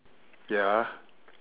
ya